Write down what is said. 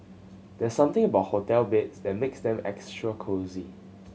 there's something about hotel beds that makes them extra cosy